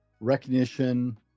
recognition